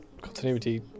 continuity